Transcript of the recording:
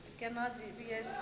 केना जिबियै